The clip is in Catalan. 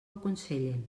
aconsellen